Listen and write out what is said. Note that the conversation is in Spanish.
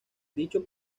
dicho